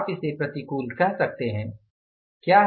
तो आप इसे प्रतिकूल कह सकते हैं